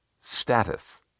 Status